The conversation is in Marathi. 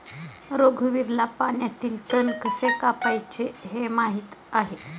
रघुवीरला पाण्यातील तण कसे कापायचे हे माहित आहे